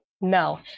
No